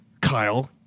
Kyle